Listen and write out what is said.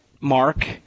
Mark